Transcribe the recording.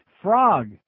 frog